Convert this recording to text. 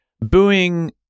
Booing